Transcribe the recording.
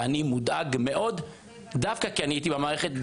אני מודאג מאוד כי הייתי במערכת,